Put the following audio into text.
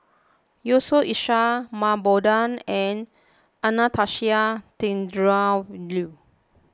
Yusof Ishak Mah Bow Tan and Anastasia Tjendri Liew